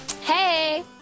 Hey